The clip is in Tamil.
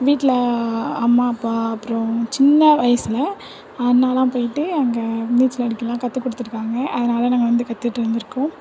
வீட்டில் அம்மா அப்பா அப்புறம் சின்ன வயதில் அண்ணாலாம் போயிட்டு அங்கே நீச்சல் அடிக்கலாம் கத்துக்கொடுத்துருக்காங்க அதனால் நாங்கள் வந்து கத்துட்டு வந்துருக்கோம்